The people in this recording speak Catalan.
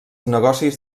negocis